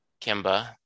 kimba